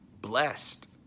blessed